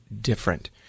different